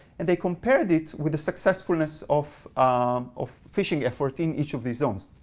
and they compared it with the successfulness of um of fishing effort in each of these zones.